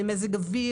בין מזג אוויר,